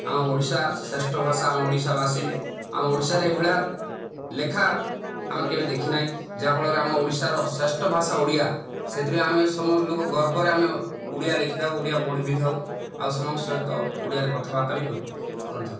ଆମ ଓଡ଼ିଶା ଶ୍ରେଷ୍ଠ ଭାଷା ଆମ ଓଡ଼ିଶାବାସୀ ଆମ ଓଡ଼ିଶାରେ ଏହିଭଳିଆ ଲେଖା ଆମେ କେବେ ଦେଖି ନାହେଁ ଯାହାଫଳରେ ଆମ ଓଡ଼ିଶାର ଶ୍ରେଷ୍ଠ ଭାଷା ଓଡ଼ିଆ ସେଇଥିପାଇଁ ଆମେ ସବୁ ଲୋକ ଗର୍ବରେ ଆମେ ଓଡ଼ିଆ ଲେଖିଥାଉ ଓଡ଼ିଆ ପଢ଼ି ବି ଥାଉ ଆଉ ସମସ୍ତଙ୍କ ସହିତ ଓଡ଼ିଆରେ କଥାବାର୍ତ୍ତା ବି କରିଥାଉ